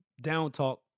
down-talk